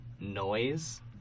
noise